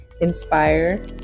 inspire